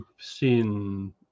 seen